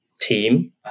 team